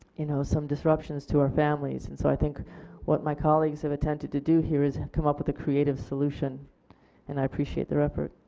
you know some disruptions to our families and so i think what my colleagues have attempted to do here is come up with a creative solution and i appreciate their effort.